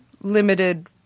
limited